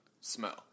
smell